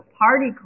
party